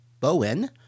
Bowen